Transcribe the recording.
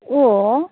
अ